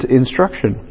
instruction